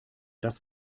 das